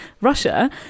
russia